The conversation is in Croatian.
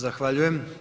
Zahvaljujem.